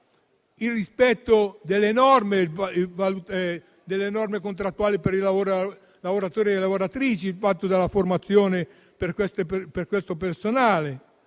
al rispetto delle norme contrattuali per i lavoratori e le lavoratrici, alla formazione per questo personale.